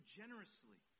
generously